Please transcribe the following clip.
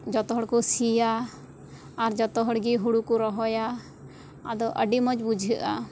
ᱡᱚᱛᱚ ᱦᱚᱲ ᱠᱚ ᱥᱤᱭᱟ ᱟᱨ ᱡᱚᱛᱚ ᱦᱚᱲ ᱜᱮ ᱦᱩᱲᱩ ᱠᱚ ᱨᱚᱦᱚᱭᱟ ᱟᱫᱚ ᱟᱹᱰᱤ ᱢᱚᱡᱽ ᱵᱩᱡᱷᱟᱹᱜᱼᱟ